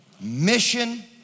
Mission